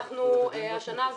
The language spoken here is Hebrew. אם כן,